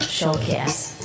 Showcase